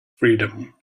freedom